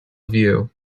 view